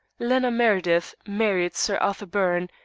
lena meredith married sir arthur byrne,